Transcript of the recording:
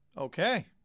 okay